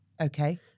Okay